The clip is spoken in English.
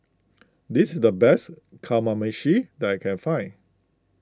this is the best Kamameshi that I can find